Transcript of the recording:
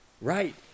right